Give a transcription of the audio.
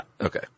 Okay